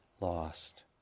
lost